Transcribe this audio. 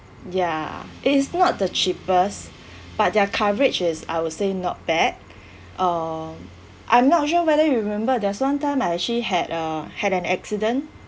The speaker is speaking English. ya it's not the cheapest but their coverage is I would say not bad uh I'm not sure whether you remember there's one time I actually had uh had an accident